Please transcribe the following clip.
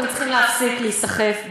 אתם צריכים להפסיק להיסחף,